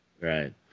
Right